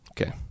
Okay